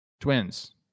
Twins